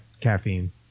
caffeine